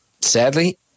sadly